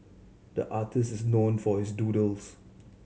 the artist is known for his doodles